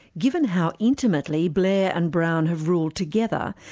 given how intimately blair and brown have ruled together,